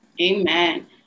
amen